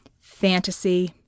fantasy